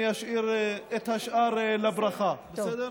אני אשאיר את השאר לברכה, בסדר?